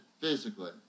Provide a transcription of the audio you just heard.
physically